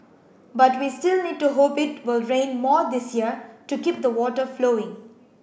but we still need to hope it will rain more this year to keep the water flowing